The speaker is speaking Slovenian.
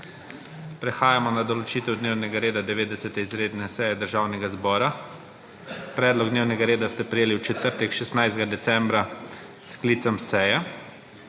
Prehajamo na določitev dnevnega reda 90. izredne seje Državnega zbora. Predlog dnevnega reda ste prejeli v četrtek, 16. decembra 2021, s sklicem seje.